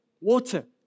water